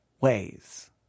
ways